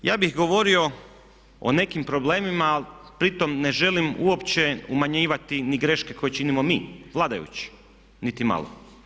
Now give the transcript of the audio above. Stoga ja bih govorio o nekim problemima ali pri tome ne želim uopće umanjivati ni greške koje činimo mi, vladajući, niti malo.